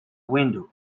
window